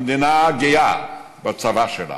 המדינה גאה בצבא שלה,